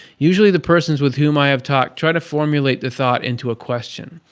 usually the persons with whom i have talked try to formulate the thought into a question.